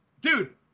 dude